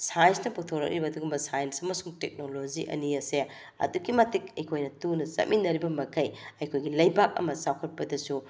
ꯁꯥꯏꯟꯁꯅ ꯄꯨꯊꯣꯔꯛꯏꯕ ꯑꯗꯨꯒꯨꯝꯕ ꯁꯥꯏꯟꯁ ꯑꯃꯁꯨꯡ ꯇꯦꯛꯅꯣꯂꯣꯖꯤ ꯑꯅꯤ ꯑꯁꯦ ꯑꯗꯨꯛꯀꯤ ꯃꯇꯤꯛ ꯑꯩꯈꯣꯏꯅ ꯇꯨꯅ ꯆꯠꯃꯤꯟꯅꯔꯤꯕꯃꯈꯩ ꯑꯩꯈꯣꯏꯒꯤ ꯂꯩꯕꯥꯛ ꯑꯃ ꯆꯥꯎꯈꯠꯄꯗꯁꯨ